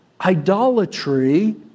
idolatry